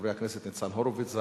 חברי הכנסת ניצן הורוביץ,